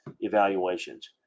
evaluations